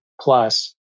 plus